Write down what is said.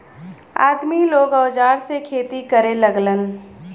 आदमी लोग औजार से खेती करे लगलन